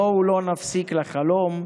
בואו לא נפסיק לחלום.